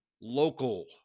local